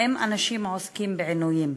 אם אנשים עוסקים בעינויים.